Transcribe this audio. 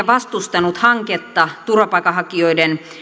vastustanut hanketta turvapaikanhakijoiden